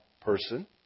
person